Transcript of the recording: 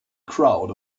crowd